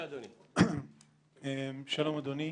מבצע סבתא, זאת התבוללות.